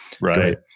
Right